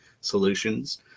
solutions